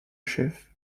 chef